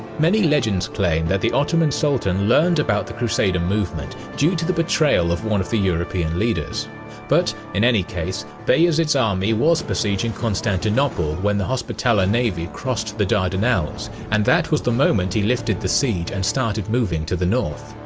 many legends claim that the ottoman sultan learned about the crusader movement due to the betrayal of one of the european leaders but in any case, bayezid's army was besieging constantinople when the hospitaller navy crossed the dardanelles and that was the moment he lifted the siege and started moving to the north.